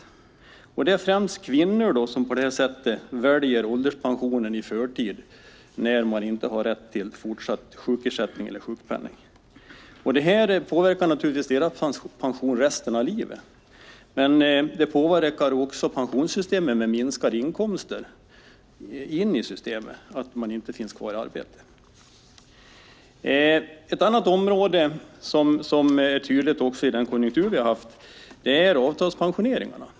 Det är alltså främst kvinnor som på detta sätt väljer ålderspension i förtid när de inte har rätt till fortsatt sjukersättning eller sjukpenning. Det påverkar naturligtvis deras pension resten av livet. Att människor inte finns kvar i arbete påverkar också pensionssystemet genom minskade inkomster in i systemet. Ett annat område som är tydligt i den konjunktur vi har haft är avtalspensioneringarna.